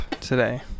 today